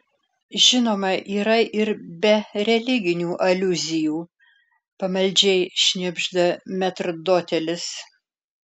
žinoma yra ir be religinių aliuzijų pamaldžiai šnibžda metrdotelis